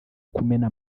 kumena